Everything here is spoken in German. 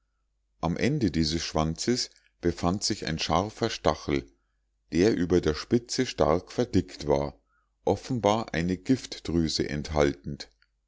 am ende dieses schwanzes befand sich ein scharfer stachel der über der spitze stark verdickt war offenbar eine giftdrüse enthaltend